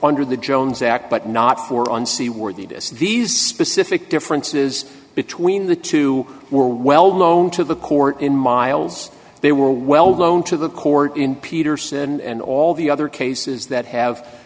under the jones act but not for on seaworthiness these specific differences between the two were well known to the court in miles they were well known to the court in peterson and all the other cases that have